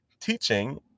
Teaching